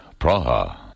Praha